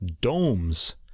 Domes